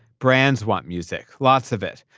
brands want music. lots of it.